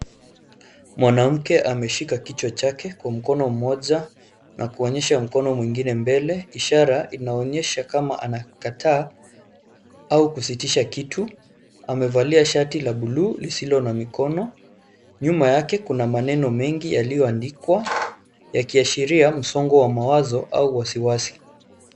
Mwanamke ameshika kichwa chake kwa mkono mmoja na kuonyesha mkono mwingine mbele ishara inaonyesha kama anakataa au kusitisha kitu, Amevalia shati la (cs)blue(cs) lisilo na mikono. Nyuma yake kuna maneno mengi yaliyoandikwa yakiashiria msongo wa mawazo au wasiwasi.